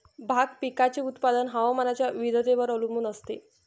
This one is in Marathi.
भाग पिकाचे उत्पादन हवामानाच्या विविधतेवर अवलंबून असते